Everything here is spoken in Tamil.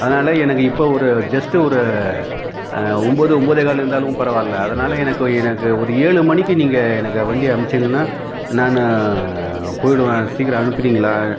அதனாலே எனக்கு இப்போ ஒரு ஜஸ்ட்டு ஒரு ஒன்போது ஒன்போதே கால் இருந்தாலும் பரவாயில்லை அதனால எனக்கு எனக்கு ஒரு ஏழு மணிக்கு நீங்கள் எனக்கு வண்டியை அமுச்சிங்கன்னால் நான் போயிடுவேன் சீக்கிரம் அனுப்புறீங்களா